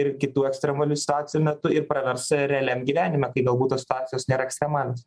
ir kitų ekstremalių situacijų metu ir pravers realiam gyvenime kai galbūt tos situacijos nėra ekstremalios